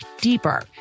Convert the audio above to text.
deeper